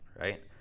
right